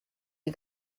you